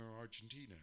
Argentina